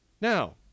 now